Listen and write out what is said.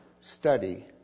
study